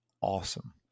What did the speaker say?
awesome